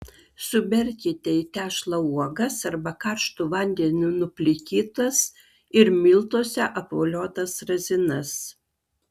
suberkite į tešlą uogas arba karštu vandeniu nuplikytas ir miltuose apvoliotas razinas